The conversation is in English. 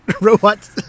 robot